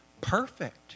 perfect